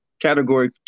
Category